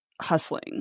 hustling